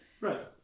Right